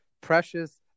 Precious